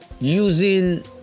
using